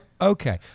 Okay